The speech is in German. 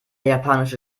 japanische